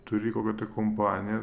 turi kokią kompaniją